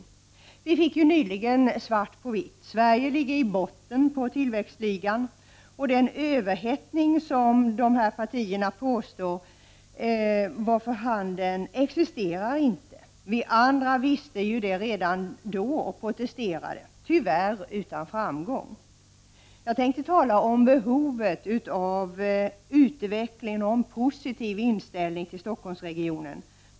Nyligen fick vi svart på vitt — Sverige ligger i botten på tillväxtligan. Den överhettning som dessa partier påstod vara för handen existerar inte. Vi andra visste ju det redan då och protesterade, tyvärr utan framgång. Jag tänker tala om behovet av utveckling och en positiv inställning till Stockholmsregionen.